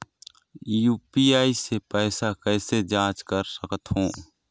UPI से पैसा कैसे जाँच कर सकत हो?